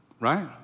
Right